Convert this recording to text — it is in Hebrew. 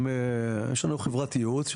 יש לנו חברת ייעוץ,